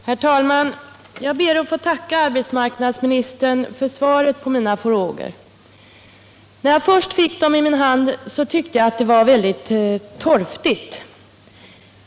Särskilda åtgärder Herr talman! Jag ber att få tacka arbetsmarknadsministern för svaret — för att främja på mina frågor. När jag först fick svaret i min hand tyckte jag att det var — sysselsättningen väldigt torftigt.